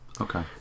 Okay